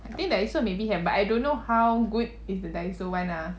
I think Daiso maybe have but I don't know how good is the Daiso one ah